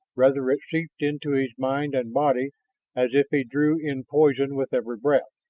rather it seeped into his mind and body as if he drew in poison with every breath,